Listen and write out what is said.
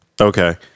Okay